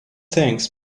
thanks